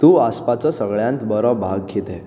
तूं आसपाचो सगळ्यांत बरो भाग कितें